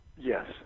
Yes